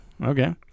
Okay